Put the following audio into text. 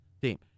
team